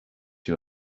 you